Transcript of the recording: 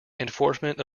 enforcement